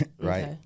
right